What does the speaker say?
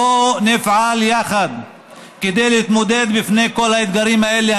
בואו נפעל יחד כדי להתמודד בפני כל האתגרים האלה,